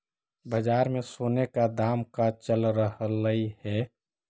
बाजार में सोने का दाम का चल रहलइ हे